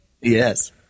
Yes